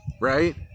right